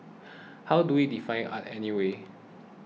how do we define art anyway